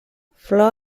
flor